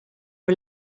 are